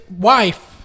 wife